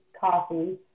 coffee